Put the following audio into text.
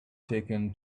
taken